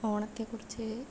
ഓണത്തെ കുറിച്ച്